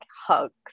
hugs